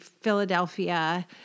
Philadelphia